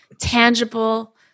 tangible